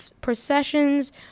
processions